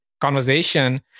conversation